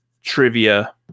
trivia